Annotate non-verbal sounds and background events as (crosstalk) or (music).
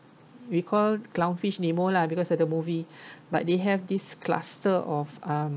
we call clown fish nemo lah because of the movie (breath) but they have this cluster of um